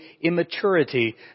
immaturity